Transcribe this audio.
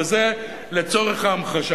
וזה לצורך ההמחשה.